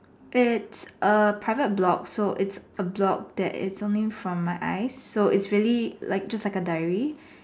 it's a private blog so it is a blog that is only for my eyes so it is really just like a dairy